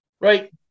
Right